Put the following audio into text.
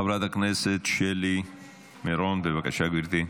חברת הכנסת שלי מירון, בבקשה, גברתי.